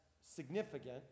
significant